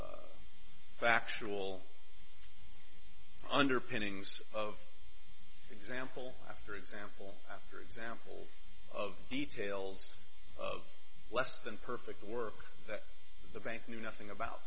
the factual underpinnings of example after example after example of details of less than perfect work that the bank knew nothing about